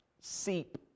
seep